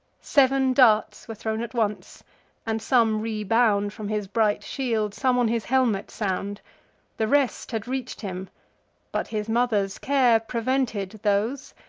sev'n darts were thrown at once and some rebound from his bright shield, some on his helmet sound the rest had reach'd him but his mother's care prevented those,